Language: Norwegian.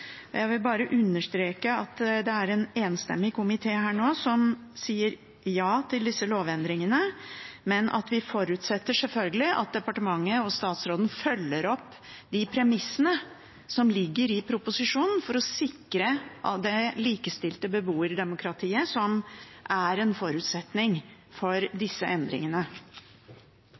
representert. Jeg vil bare understreke at det er en enstemmig komité som sier ja til disse lovendringene, men at vi selvfølgelig forutsetter at departementet og statsråden følger opp de premissene som ligger i proposisjonen, for å sikre det likestilte beboerdemokratiet, som er en forutsetning for disse endringene.